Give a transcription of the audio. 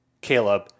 Caleb